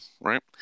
right